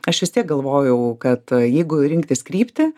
aš vis tiek galvojau kad jeigu rinktis kryptį